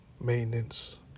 maintenance